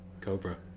cobra